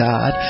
God